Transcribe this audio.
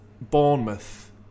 Bournemouth